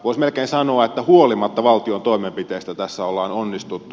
voisi melkein sanoa että huolimatta valtion toimenpiteistä tässä on onnistuttu